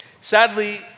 Sadly